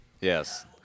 Yes